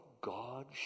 God